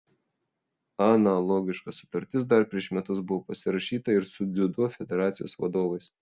analogiška sutartis dar prieš metus buvo pasirašyta ir su dziudo federacijos vadovais